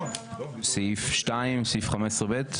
סעיף 2, סעיף (ב)